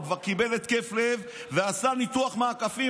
הוא כבר קיבל התקף לב ועשה ניתוח מעקפים,